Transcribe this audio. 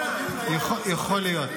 יכול להיות,